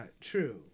true